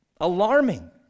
alarming